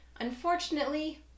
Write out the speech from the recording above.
Unfortunately